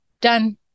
done